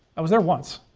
i was there once.